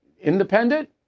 independent